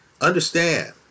Understand